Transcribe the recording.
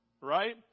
Right